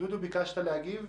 ביקשת להגיב.